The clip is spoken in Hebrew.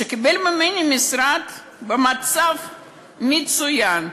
הוא קיבל ממני משרד במצב מצוין,